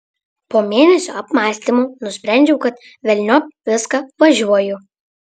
po mėnesio apmąstymų nusprendžiau kad velniop viską važiuoju